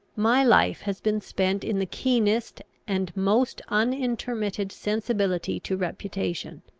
my life has been spent in the keenest and most unintermitted sensibility to reputation.